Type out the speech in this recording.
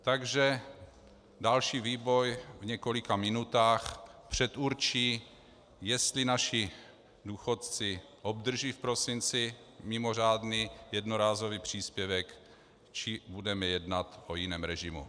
Takže další vývoj v několika minutách předurčí, jestli naši důchodci obdrží v prosinci mimořádný jednorázový příspěvek, či budeme jednat o jiném režimu.